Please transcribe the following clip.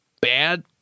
bad